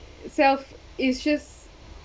self is just